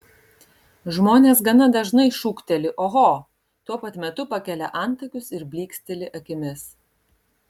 žmonės gana dažnai šūkteli oho tuo pat metu pakelia antakius ir blyksteli akimis